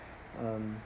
um